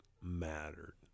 mattered